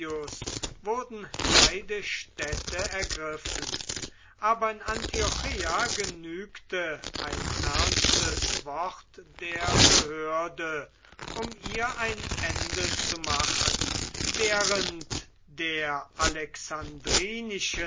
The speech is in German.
wurden beide städte ergriffen aber in antiocheia genügte ein ernstes wort der behörde um ihr ein ende zu machen während der